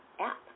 app